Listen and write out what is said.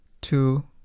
two